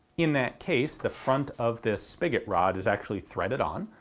in that case the front of this spigot rod is actually threaded on,